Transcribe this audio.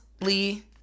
Lee